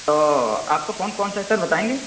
او آپ کا فون کون سا ہے سر بتائیں گے